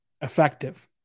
effective